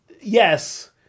yes